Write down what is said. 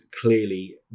clearly